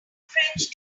french